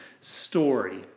story